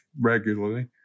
regularly